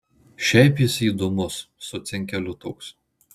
šiaip jis įdomus su cinkeliu toks